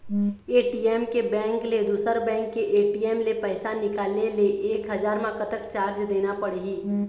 ATM के bank ले दुसर बैंक के ए.टी.एम ले पैसा निकाले ले एक हजार मा कतक चार्ज देना पड़ही?